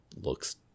looks